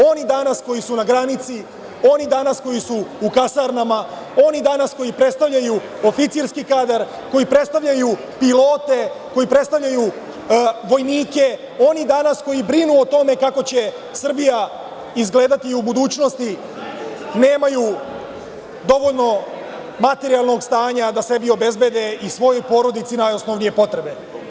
Oni danas koji su na granici, oni danas koji su u kasarnama, oni danas koji predstavljaju oficirski kadar, koji predstavljaju pilote, koji predstavljaju vojnike, oni danas koji brinu o tome kako će Srbija izgledati u budućnosti, nemaju dovoljno materijalnog stanja da sebi obezbede i svojoj porodici najosnovnije potrebe.